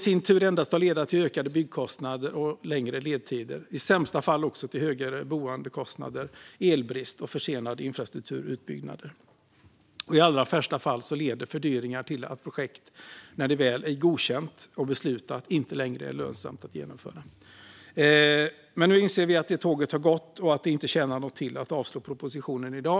Det kommer endast att leda till ökade byggkostnader, längre ledtider och i värsta fall också till högre boendekostnader, elbrist och försenade infrastrukturutbyggnader. I allra värsta fall leder fördyringarna till att projekt när det väl är godkänt och beslutat inte längre är lönsamt att genomföra. Nu inser vi att tåget har gått och att det inte tjänar något till att avslå propositionen i dag.